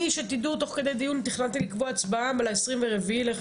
אני שתדעו תוך כדי דיון תכננתי לקבוע הצבעה ל- 24 למאי,